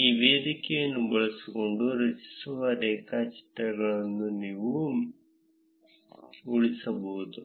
ಈ ವೇದಿಕೆಯನ್ನು ಬಳಸಿಕೊಂಡು ರಚಿಸುವ ರೇಖಾಚಿತ್ರಗಳನ್ನು ನೀವು ಉಳಿಸಬಹುದು